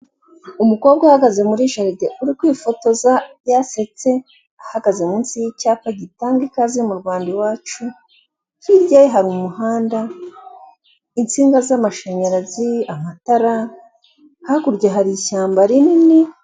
Umukobwa uhagaze muri jaride uri kwifotoza yasetse ahagaze munsi y'icyapa gitanga ikaze mu Rwanda i wacu, hirya ye hari umuhanda, insiga z'amashanyarazi, amatara, hakurya hari ishyamba rinini